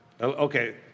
Okay